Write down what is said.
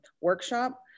workshop